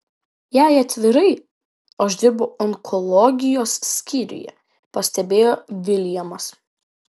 jei atvirai aš dirbu onkologijos skyriuje pastebėjo viljamas